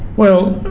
well,